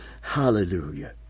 Hallelujah